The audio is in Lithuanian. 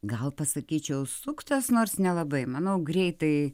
gal pasakyčiau suktas nors nelabai manau greitai